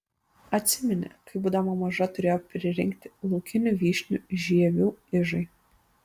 atsiminė kai būdama maža turėjo pririnkti laukinių vyšnių žievių ižai